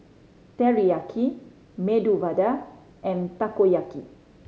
Teriyaki Medu Vada and Takoyaki